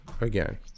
Again